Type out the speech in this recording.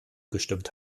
gestimmt